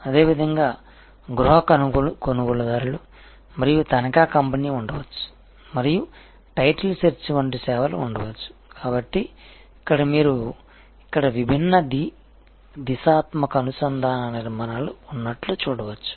అదేవిధంగా గృహ కొనుగోలుదారులు మరియు తనఖా కంపెనీ ఉండవచ్చు మరియు టైటిల్ సెర్చ్ వంటి సేవలు ఉండవచ్చు కాబట్టి ఇక్కడ మీరు ఇక్కడ విభిన్న ద్వి దిశాత్మక అనుసంధాన నిర్మాణాలు ఉన్నట్లు చూడవచ్చు